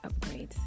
upgrades